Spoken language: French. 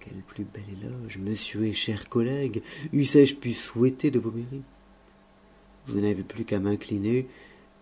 quel plus bel éloge monsieur et cher collègue eussé-je pu souhaiter de vos mérites je n'avais plus qu'à m'incliner